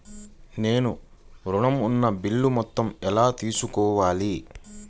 నేను ఋణం ఉన్న బిల్లు మొత్తం ఎలా తెలుసుకోవాలి?